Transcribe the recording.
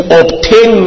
obtain